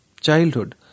childhood